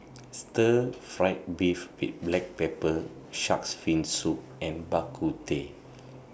Stir Fried Beef with Black Pepper Shark's Fin Soup and Bak Kut Teh